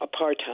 apartheid